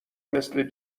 مثل